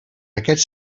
aquest